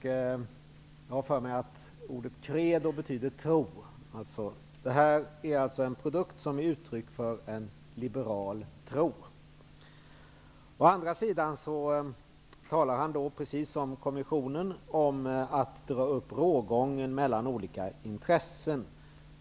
Jag har för mig att ordet ''credo'' betyder tro. Det här är alltså en produkt som är uttryck för en liberal tro. Å andra sidan talar han, precis som kommissionen, om att dra upp rågången mellan olika intressen